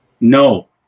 No